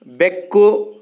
ಬೆಕ್ಕು